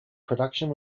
production